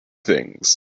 things